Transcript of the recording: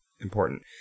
important